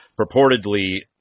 purportedly